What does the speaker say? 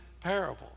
parable